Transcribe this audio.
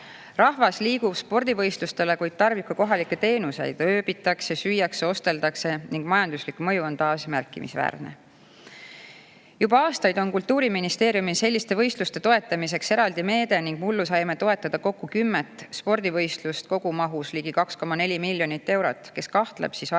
Rahvas liigub spordivõistlustele, kuid tarbib ka kohalikke teenuseid, ööbitakse, süüakse, osteldakse, ning majanduslik mõju on taas märkimisväärne. Juba aastaid on Kultuuriministeeriumil selliste võistluste toetamiseks eraldi meede ning mullu saime toetada kokku kümmet spordivõistlust kogumahus ligi 2,4 miljonit eurot. Kes kahtleb, siis arvud